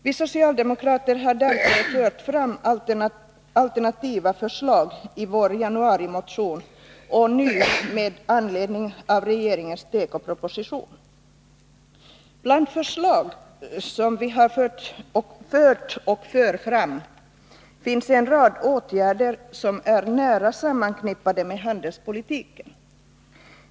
Vi socialdemokrater har därför fört fram alternativa förslag, både i vår januarimotion och nu med anledning av regeringens tekoproposition. Bland de förs!ag «om vi har fört och för fram finns en rad åtgärder som är nära sammankn :;;ade med handelspolitiken.